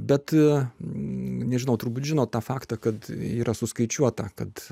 bet nežinau turbūt žino tą faktą kad yra suskaičiuota kad